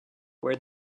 where